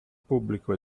pubblico